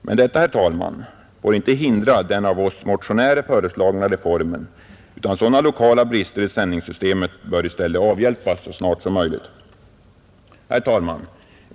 Men detta, herr talman, får inte hindra den av oss motionärer föreslagna reformen, utan sådana lokala brister i sändningssystemet bör i stället avhjälpas så snart som möjligt. Herr talman!